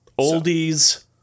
Oldies